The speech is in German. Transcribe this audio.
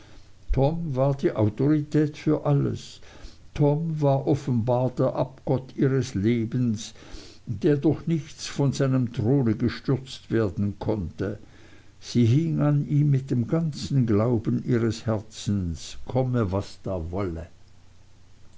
war die autorität für alles tom war offenbar der abgott ihres lebens der durch nichts von seinem throne gestürzt werden konnte sie hinge an ihm mit dem ganzen glauben ihres herzens komme was da wolle